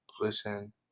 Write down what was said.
Listen